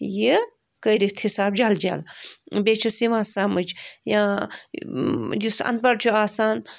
یہِ کٔرِتھ حِساب جل جل بیٚیہِ چھُس یِوان سمجھ یا یُس اَنپڑھ چھُ آسان